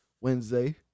Wednesday